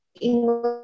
English